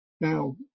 Now